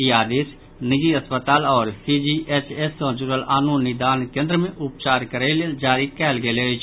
ई आदेश निजी अस्पताल आओर सीजीएचएस सॅ जुड़ल आनो निदान केन्द्र मे उपचार करय लेल जारी कयल गेल अछि